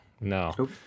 No